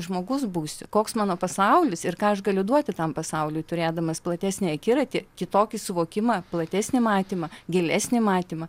žmogus būsiu koks mano pasaulis ir ką aš galiu duoti tam pasauliui turėdamas platesnį akiratį kitokį suvokimą platesnį matymą gilesnį matymą